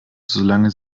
solange